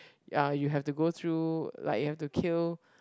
ya you have to go through like you have to kill